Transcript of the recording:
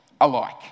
alike